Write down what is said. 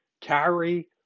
carry